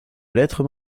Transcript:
lettres